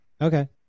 Okay